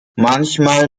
manchmal